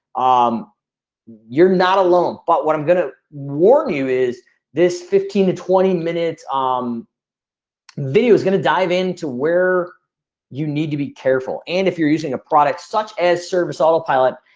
um you're not alone, but what i'm gonna warn you is this fifteen to twenty minutes um video is gonna dive in to where you need to be careful. and if you're using a product such as service autopilot,